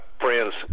friends